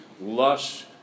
lush